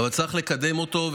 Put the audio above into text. אבל צריך לקדם אותו,